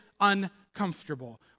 uncomfortable